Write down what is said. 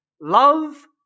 love